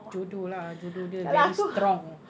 jodoh lah jodoh dia very strong